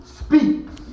speaks